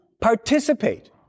participate